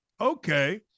okay